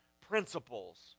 principles